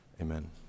Amen